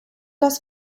das